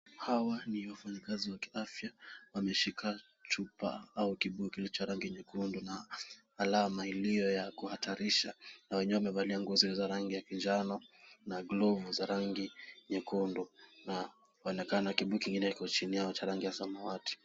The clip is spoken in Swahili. Hawa ni wafanyakazi wa kiafya. Wameshika chupa au kibuyu kilicho rangi nyekundu na alama iliyo ya kuhatarisha, na wenyewe wamevalia nguo zilizo na rangi ya kinjano na glovu za rangi nyekundu na wanaonekana na kibuyu kingine kiko chini yao cha rangi ya samawati.